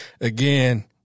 again